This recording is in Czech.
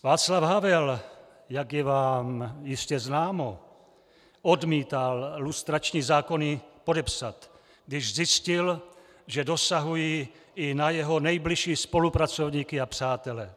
Václav Havel, jak je vám jistě známo, odmítal lustrační zákony podepsat, když zjistil, že dosahují i na jeho nejbližší spolupracovníky a přátele.